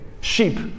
Sheep